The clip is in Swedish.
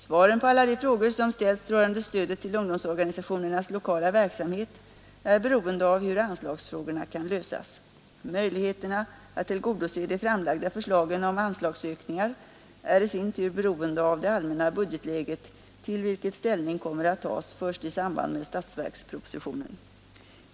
Svaren på alla de frågor som ställts rörande stödet till ungdomsorganisationernas lokala verksamhet är beroende av hur anslagsfrågorna kan lösas. Möjligheterna att tillgodose de framlagda förslagen om anslagsökningar är i sin tur beroende av det allmänna budgetläget, till vilket ställning kommer att tas först i samband med statsverkspropositionen.